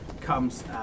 comes